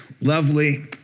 lovely